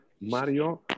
Mario